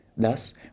Thus